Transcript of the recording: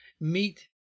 Meet